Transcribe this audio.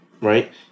Right